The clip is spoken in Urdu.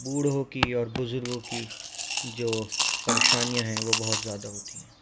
بوڑھوں کی اور بزرگوں کی جو پریشانیاں ہیں وہ بہت زیادہ ہوتی ہیں